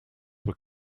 were